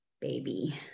baby